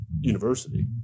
university